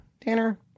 Tanner